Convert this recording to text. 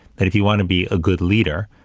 that if you want to be a good leader,